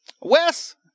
Wes